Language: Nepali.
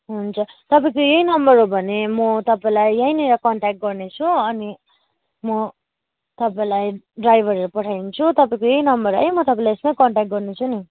हुन्छ तपाईँको यही नम्बर हो भने म तपाईँलाई यहीँनिर कन्ट्याक्ट गर्नेछु अनि म तपाईँलाई ड्राइभरहरू पठाइदिन्छु तपाईँको यही नम्बर है म तपाईँलाई यसमै कन्ट्याक्ट गर्नेछु नि